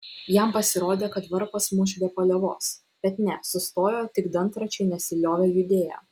jam pasirodė kad varpas muš be paliovos bet ne sustojo tik dantračiai nesiliovė judėję